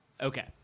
Okay